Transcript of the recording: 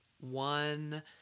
one